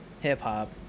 hip-hop